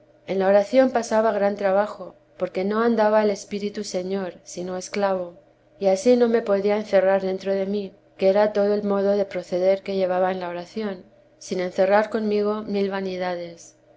en la oración pasaba gran trabajo porque no andaba el espíritu señor sino esclavo y ansí no me podía encerrar dentro de mí que era todo el modo de proceder que llevaba en la oración sin encerrar conmigo mil vanidades